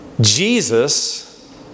jesus